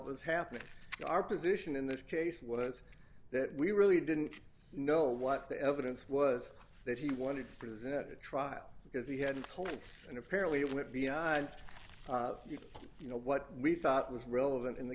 was happening our position in this case was that we really didn't know what the evidence was that he wanted to present at a trial because he hadn't told it and apparently it went beyond you know what we thought was relevant in the